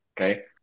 Okay